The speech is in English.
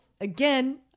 again